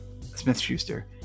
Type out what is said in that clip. Smith-Schuster